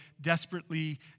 desperately